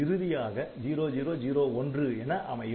இறுதியாக 0001 என அமையும்